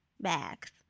bags